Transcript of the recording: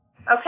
Okay